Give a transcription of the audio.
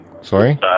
sorry